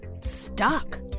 stuck